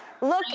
Look